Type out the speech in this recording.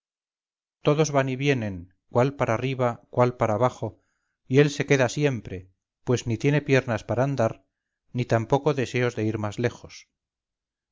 todos van y vienen cuál para arriba cuál para abajo y él se queda siempre pues ni tiene piernas para andar ni tampoco deseos de ir más lejos